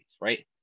right